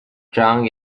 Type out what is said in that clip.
drunk